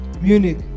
Munich